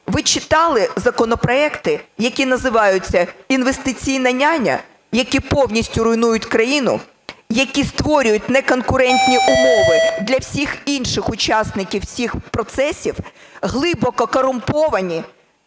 ви читали законопроекти, які називаються "інвестиційна няня", які повністю руйнують країну, які створюють неконкурентні умови для всіх інших учасників всіх процесів, глибоко корумповані?